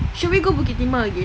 should we go bukit timah again